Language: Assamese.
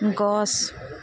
গছ